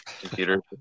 computer